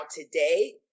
today